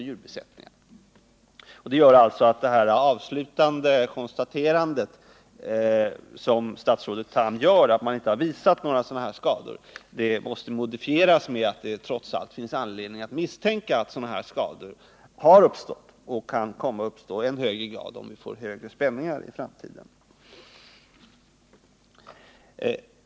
Det avslutande konstaterandet som statsrådet Tham gör, nämligen att man inte har kunnat påvisa skador på människor och djur, måste därför modifieras med att det trots allt finns anledning att misstänka att sådana skador har uppstått och kan komma att uppstå i än högre grad, om vi i framtiden får kraftledningar med högre spänningar.